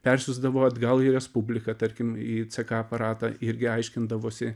persiųsdavo atgal į respubliką tarkim į ck aparatą irgi aiškindavosi